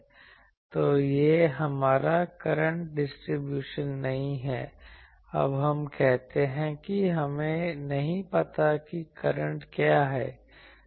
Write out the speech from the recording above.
तो यह हमारा करंट डिस्ट्रीब्यूशन नहीं है हम अब कहते हैं कि हमें नहीं पता कि करंट क्या है